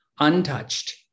untouched